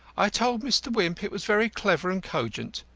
i told mr. wimp it was very clever and cogent.